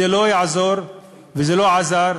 זה לא יעזור וזה לא עזר.